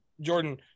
Jordan